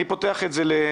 אני פותח את זה לדיון.